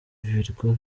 virgo